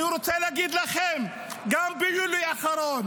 אני רוצה להגיד לכם, גם ביולי האחרון